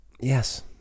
yes